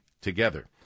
together